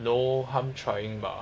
no harm trying bah